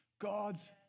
God's